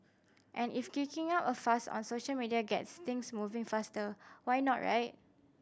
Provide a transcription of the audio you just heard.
and if kicking up a fuss on social media gets things moving faster why not right